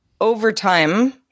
overtime